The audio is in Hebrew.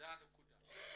זו הנקודה.